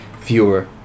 fewer